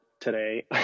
today